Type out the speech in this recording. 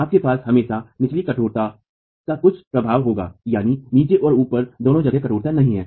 आपके पास हमेशा निचली कठोरता का कुछ प्रभाव होगा यदि नीचे और ऊपर दोनों जगह कठोरता नहीं है